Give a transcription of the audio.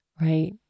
Right